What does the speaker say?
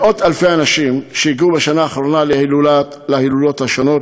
מאות-אלפי האנשים שהגיעו בשנה האחרונה להילולות השונות